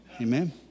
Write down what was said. Amen